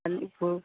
மல்லிப்பூ